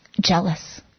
jealous